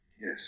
Yes